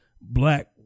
black